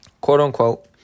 Quote-unquote